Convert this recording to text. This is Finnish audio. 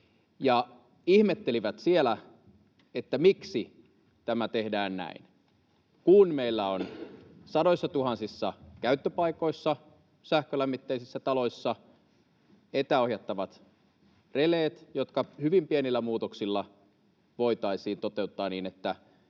Ihmettelivät siellä, miksi tämä tehdään näin, kun meillä on sadoissatuhansissa käyttöpaikoissa, sähkölämmitteisissä taloissa, etäohjattavat releet, jotka hyvin pienillä muutoksilla voitaisiin toteuttaa niin, että